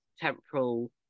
temporal